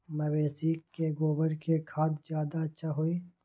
मवेसी के गोबर के खाद ज्यादा अच्छा होई?